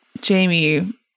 Jamie